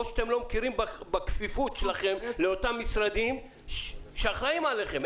או שאתם לא מכירים בכפיפות שלכם לאותם משרדים שאחראים עליכם.